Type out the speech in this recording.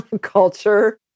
culture